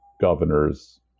governors